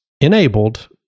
enabled